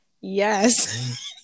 Yes